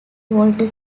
walter